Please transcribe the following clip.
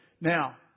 Now